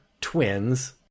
twins